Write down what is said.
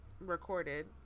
Recorded